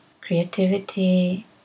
creativity